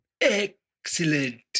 Excellent